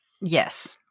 Yes